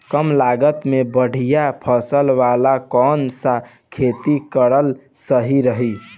कमलागत मे बढ़िया फसल वाला कौन सा खेती करल सही रही?